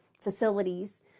facilities